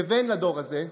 כבן לדור הזה,